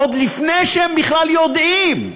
עוד לפני שהם בכלל יודעים,